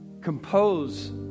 compose